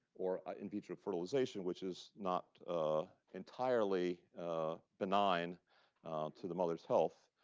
or in vitro fertilization, which is not ah entirely benign to the mother's health,